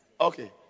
okay